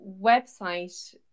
website